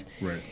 Right